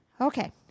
okay